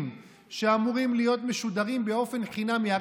שהיו אמורים להיות משודרים באופן חינמי.